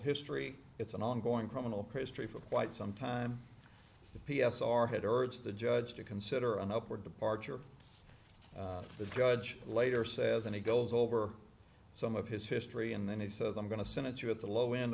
history it's an ongoing criminal history for quite some time the p s r had urged the judge to consider an upward departure the judge later says and he goes over some of his history and then he says i'm going to send it to at the low end